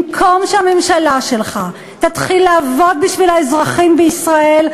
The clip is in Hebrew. במקום שהממשלה שלך תתחיל לעבוד בשביל האזרחים בישראל,